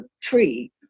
tree